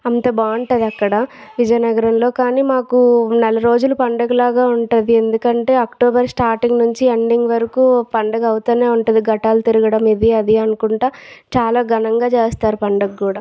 అంత బాగుంటుంది అక్కడ విజయనగరంలో కానీ మాకు నెల రోజులు పండుగలాగా ఉంటుంది ఎందుకంటే అక్టోబర్ స్టార్టింగ్ నుంచి ఎండింగ్ వరకు పండుగ అవుతూ ఉంటుంది ఘటాలు తిరగడం ఇవి అవి అనుకుంటు చాలా ఘనంగా చేస్తారు పండుగ కూడా